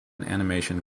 animation